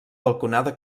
balconada